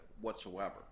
whatsoever